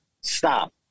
stop